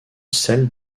celles